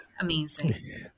amazing